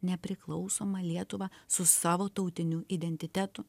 nepriklausomą lietuvą su savo tautiniu identitetu